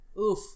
Oof